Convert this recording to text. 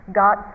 got